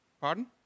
Pardon